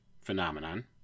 phenomenon